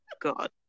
god